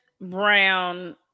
Brown